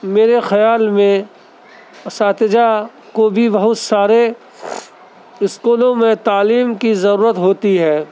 میرے خیال میں اساتذہ کو بھی بہت سارے اسکولوں میں تعلیم کی ضرورت ہوتی ہے